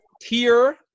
tier